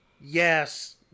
yes